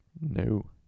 No